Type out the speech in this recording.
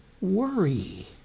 worry